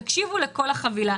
תקשיבו לכל החבילה.